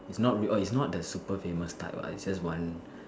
it's not it's not the the super famous type is just one